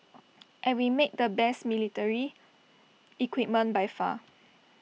and we make the best military equipment by far